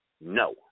No